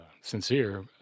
sincere